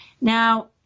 Now